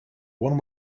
one